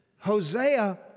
Hosea